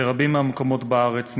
ברבים מהמקומות בארץ,